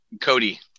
Cody